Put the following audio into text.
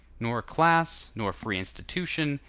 nor class, nor free institution,